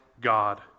God